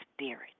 Spirit